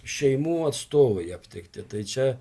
šeimų atstovai aptikti tai čia